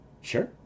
Sure